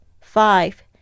Five